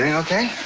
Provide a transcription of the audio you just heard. yeah okay?